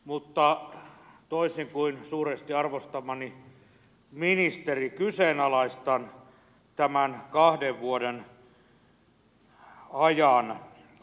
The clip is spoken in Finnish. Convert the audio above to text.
mutta toisin kuin suuresti arvostamani ministeri kyseenalaistan tämän kahden vuoden ajan